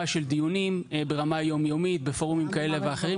של דיונים ברמה יום-יומית בפורומים כאלה ואחרים,